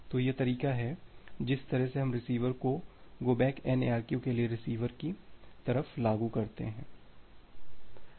तो यह तरीका है जिस तरह से हम रिसीवर को गो बैक N ARQ के लिए रिसीवर की तरफ लागू करते हैं